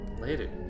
Later